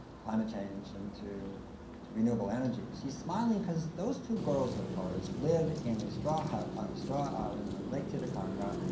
climate change and to renewable energy. she's smiling cause those two girls of hers live in a straw hut on a straw island on lake titicaca,